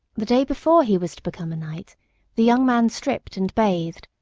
the day before he was to become a knight the young man stripped and bathed.